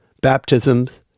baptisms